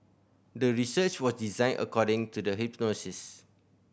the research was designed according to the hypothesis